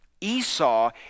Esau